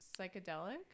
psychedelic